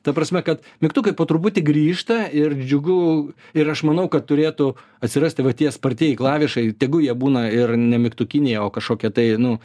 ta prasme kad mygtukai po truputį grįžta ir džiugu ir aš manau kad turėtų atsirasti va tie spartieji klavišai tegu jie būna ir nemygtukiniai o kažkokie tai nu